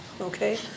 Okay